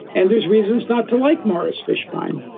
and there's reasons not to like morris fishbein.